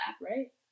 right